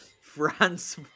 France